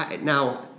Now